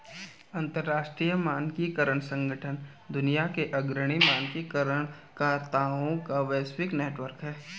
अंतर्राष्ट्रीय मानकीकरण संगठन दुनिया के अग्रणी मानकीकरण कर्ताओं का वैश्विक नेटवर्क है